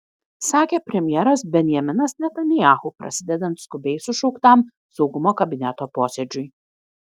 sakė premjeras benjaminas netanyahu prasidedant skubiai sušauktam saugumo kabineto posėdžiui